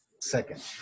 second